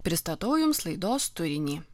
pristatau jums laidos turinį